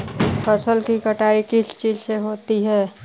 फसल की कटाई किस चीज से होती है?